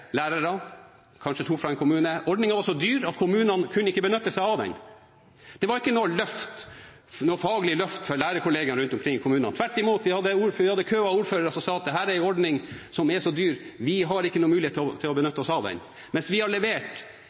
lærere, kanskje to fra en kommune. Ordningen var så dyr at kommunene ikke kunne benytte seg av den. Det var ikke noe faglig løft for lærerkolleger rundt om i kommunene. Tvert imot hadde vi en kø av ordførere som sa at dette er en ordning som er så dyr at vi ikke har mulighet til å benytte oss av den. Vi har levert